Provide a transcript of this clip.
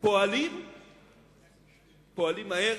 פועלים מהר.